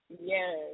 Yes